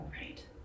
Right